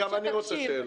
גם אני רוצה שאלות.